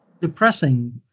depressing